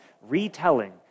retelling